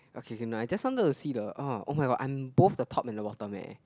okay okay no I just wanted to see the oh oh-my-god I'm both the top and the bottom leh